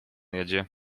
jedzie